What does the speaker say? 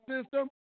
system